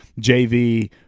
jv